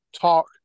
talk